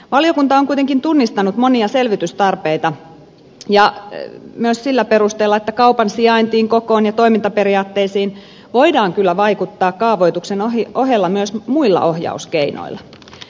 valiokunta on kuitenkin tunnistanut monia selvitystarpeita myös sillä perusteella että kaupan sijaintiin kokoon ja toimintaperiaatteisiin voidaan kyllä vaikuttaa kaavoituksen ohella myös muilla ohjauskeinoilla